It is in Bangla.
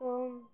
তো